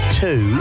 two